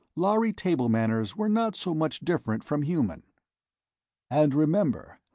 lhari table manners were not so much different from human and remember,